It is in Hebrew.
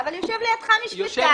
אבל יושב לידך משפטן.